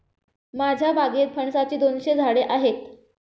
माझ्या बागेत फणसाची दोनशे झाडे आहेत